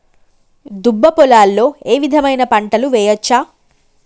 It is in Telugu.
దుబ్బ పొలాల్లో ఏ విధమైన పంటలు వేయచ్చా?